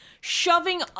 shoving